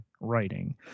writing